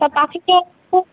তা পাখিটা খুব